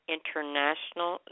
International